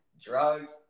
drugs